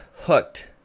hooked